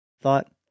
thought